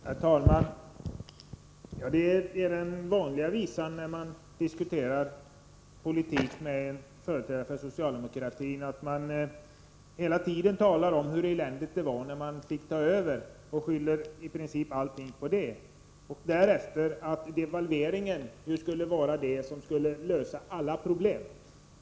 Herr talman! Det är den vanliga visan när man diskuterar politik med en företrädare för socialdemokratin. De talar hela tiden om hur eländigt det var när de fick ta över och skyller i princip allting på det. Därefter säger de att devalveringen var det som skulle lösa alla problem.